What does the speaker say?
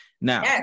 Now